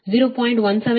173 ಕೋನ ಮೈನಸ್ 36